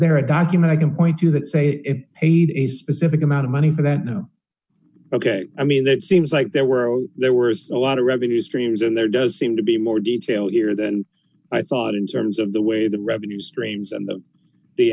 there a document i can point to that say paid a specific amount of money for that no ok i mean that seems like there were there were a lot of revenue streams and there does seem to be more detail here than i thought in terms of the way the revenue streams and the